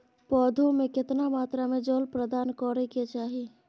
पौधों में केतना मात्रा में जल प्रदान करै के चाही?